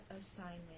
assignment